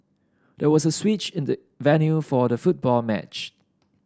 there was a switch in the venue for the football match